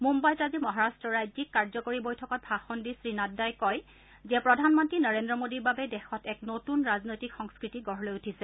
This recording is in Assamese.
মুম্বাইত আজি মহাৰাট্ট ৰাজ্যিক কাৰ্যকৰী বৈঠকত ভাষণ দি শ্ৰীনাড্ডাই কয় যে প্ৰধানমন্তী নৰেন্দ্ৰ মোডীৰ বাবেই দেশত এক নতুন ৰাজনৈতিক সংস্কৃতি গঢ় লৈ উঠিছে